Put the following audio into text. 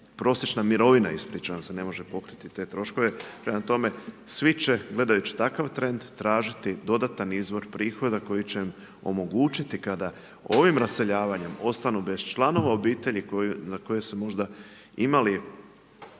Prosječna mirovine, ispričavam se, ne može pokriti te troškove. Prema tome, svi će gledajući takav trend tražiti dodatan izvor prihoda koji će omogućiti kada ovim raseljavanjem ostanu bez članova obitelji na koje su možda imali